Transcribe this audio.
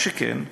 מה שכן,